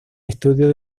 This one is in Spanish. estudio